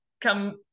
come